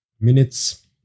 Minutes